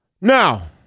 Now